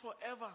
forever